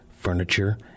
furniture